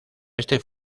este